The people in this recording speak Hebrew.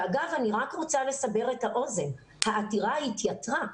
ואגב, אני רק רוצה לסבר את האוזן, העתירה התייתרה.